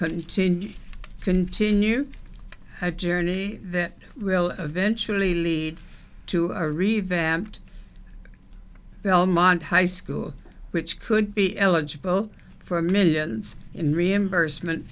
continue continue a journey that will eventually lead to a revamped belmont high school which could be eligible for millions in reimbursement